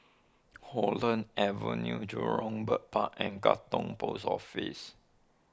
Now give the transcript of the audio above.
Holland Avenue Jurong Bird Park and Katong Post Office